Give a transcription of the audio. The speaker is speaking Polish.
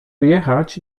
wyjechać